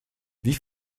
wie